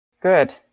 Good